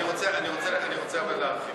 אבל אני רוצה להרחיב.